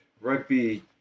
rugby